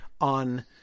on